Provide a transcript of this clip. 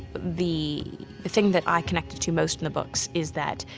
the the thing that i connected to most in the books is that,